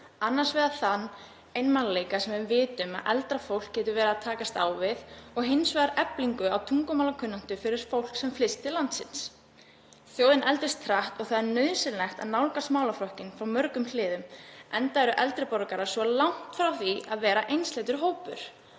annars vegar þann einmanaleika sem við vitum að eldra fólk getur verið að takast á við og hins vegar eflingu á tungumálakunnáttu fyrir fólk sem flyst til landsins. Þjóðin eldist hratt og það er nauðsynlegt að nálgast málaflokkinn frá mörgum hliðum enda eru eldri borgarar svo langt frá því að vera einsleitur hópur.